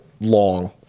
long